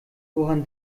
woran